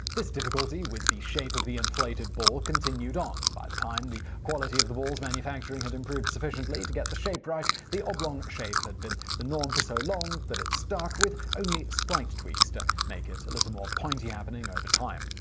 this difficulty with the shape of the inflated ball continued on by the time the quality of the ball's manufacturing had improved sufficiently to get the shape right, the oblong shape had been the norm for so long it stuck, with only slight tweaks to make it a little more pointy happening over time.